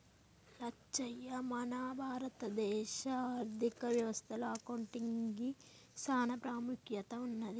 లచ్చయ్య మన భారత దేశ ఆర్థిక వ్యవస్థ లో అకౌంటిగ్కి సాన పాముఖ్యత ఉన్నది